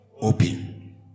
Open